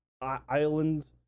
island